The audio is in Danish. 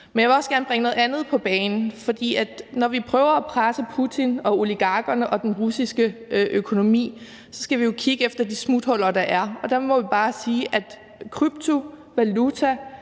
Men jeg vil også gerne bringe noget andet på bane. For når vi prøver at presse Putin og oligarkerne og den russiske økonomi, skal vi jo kigge efter de smuthuller, der er. Og der må vi bare sige, at kryptovaluta